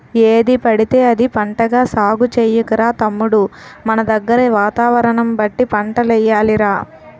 ఏదిపడితే అది పంటగా సాగు చెయ్యకురా తమ్ముడూ మనదగ్గర వాతావరణం బట్టి పంటలెయ్యాలి రా